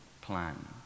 plan